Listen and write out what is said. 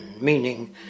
Meaning